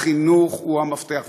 החינוך הוא המפתח.